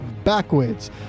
backwards